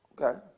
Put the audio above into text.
okay